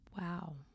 Wow